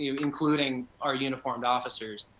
including, our uniformed officers.